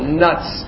nuts